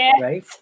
right